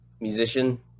musician